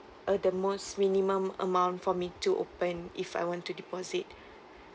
uh the most minimum amount for me to open if I want to deposit